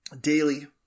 daily